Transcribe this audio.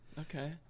okay